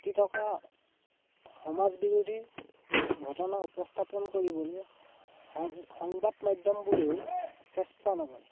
ঘটি থকা সমাজ বিৰোধী ঘটনা উপস্থাপন কৰিবলৈ সংবাদ মাধ্যমবোৰেও চেষ্টা নকৰে